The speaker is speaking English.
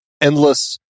endless